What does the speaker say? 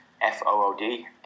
F-O-O-D